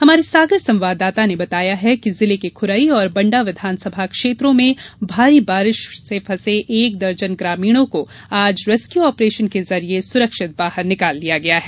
हमारे सागर संवाददाता ने बताया है कि जिले के खुरई और बंडा विधानसभा क्षेत्रों में भारी बारिश से फंसे एक दर्जन ग्रामीणों को आज रेस्क्यू के जरिए सुरक्षित बाहर निकाल लिया गया है